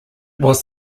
was